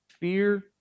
Fear